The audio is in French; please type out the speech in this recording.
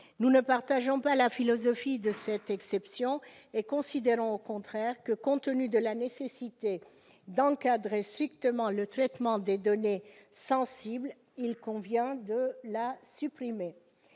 Nous ne partageons pas la philosophie de cette exception et considérons au contraire que, compte tenu de la nécessité d'encadrer strictement le traitement des données sensibles, il convient de la supprimer.